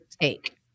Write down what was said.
take